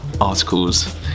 articles